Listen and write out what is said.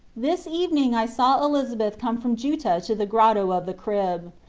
this evening i saw elizabeth come from juttah to the grotto of the crib,